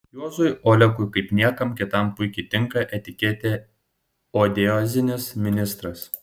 juozui olekui kaip niekam kitam puikiai tinka etiketė odiozinis ministras